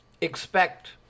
expect